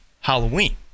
Halloween